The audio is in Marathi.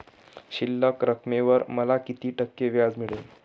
शिल्लक रकमेवर मला किती टक्के व्याज मिळेल?